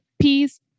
peace